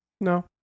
No